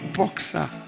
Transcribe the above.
boxer